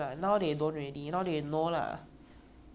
like when we play with them like don't kiap so hard like that